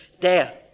death